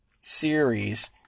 series